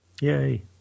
Yay